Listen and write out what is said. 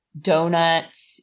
donuts